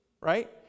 Right